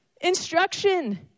instruction